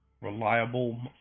reliable